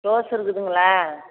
rose இருக்குதுங்களா